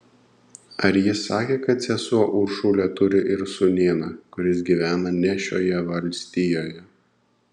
ar ji sakė kad sesuo uršulė turi ir sūnėną kuris gyvena ne šioje valstijoje